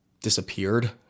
disappeared